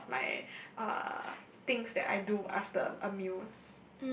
that's one of my uh things that I do after a meal